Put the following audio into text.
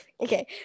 Okay